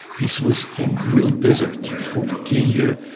this was a real desert before we came here,